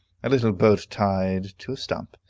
a little boat tied to a stump,